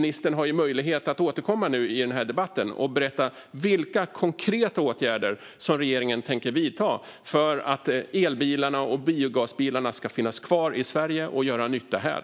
Hon har dock möjlighet att återkomma här i debatten och berätta vilka konkreta åtgärder regeringen tänker vidta för att el och biogasbilarna ska finnas kvar i Sverige och göra nytta här.